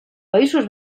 països